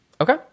okay